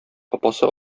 апасы